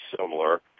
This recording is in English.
similar